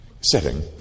setting